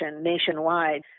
nationwide